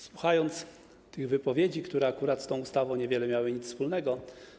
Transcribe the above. Słuchałem tych wypowiedzi, które akurat z tą ustawą nie miały nic wspólnego.